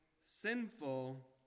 sinful